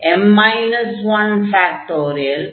n 1